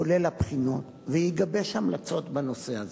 כולל הבחינות, ויגבש המלצות בנושא הזה.